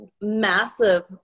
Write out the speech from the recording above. massive